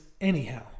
anyhow